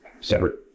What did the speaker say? separate